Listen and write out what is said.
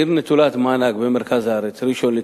עיר נטולת מענק במרכז הארץ, ראשון-לציון,